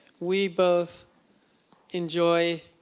we both enjoy,